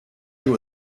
you